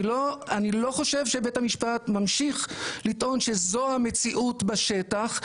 אני לא חושב שבית המשפט ממשיך לטעון שזו המציאות בשטח,